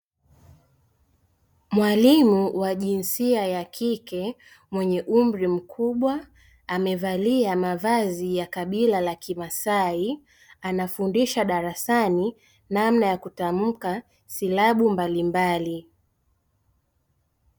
Mwalimu wa jinsia ya kike mwenye umri mkubwa amevalia mavazi ya kabila la kimasai anafundisha darasani namna ya kutamka silabi mbalimbali.